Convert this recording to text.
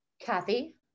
Kathy